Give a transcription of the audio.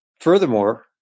Furthermore